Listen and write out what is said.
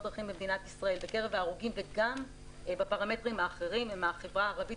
דרכים במדינת ישראל בקרב ההרוגים וגם בפרמטרים האחרים הם מהחברה הערבית